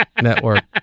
Network